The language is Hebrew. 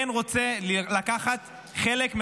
כן רוצה לקחת חלק.